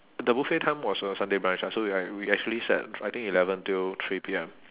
the buffet time was a sunday brunch ah so we like we actually sat I think eleven till three P_M